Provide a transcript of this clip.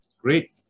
great